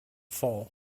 fall